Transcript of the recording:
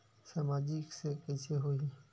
सामाजिक से कइसे होही?